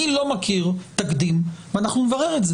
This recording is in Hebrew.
אני לא מכיר תקדים, ואנחנו נברר את זה